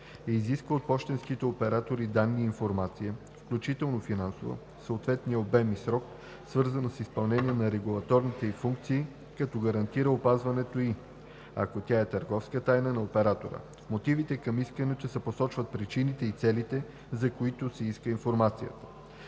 изисква от пощенските оператори данни и информация, включително финансова, в съответния обем и срок, свързана с изпълнение на регулаторните ѝ функции, като гарантира опазването ѝ, ако тя е търговска тайна на оператора; в мотивите към искането се посочват причините и целите, за които се иска информацията;“